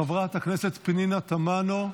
חברת הכנסת פנינה תמנו,